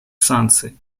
санкций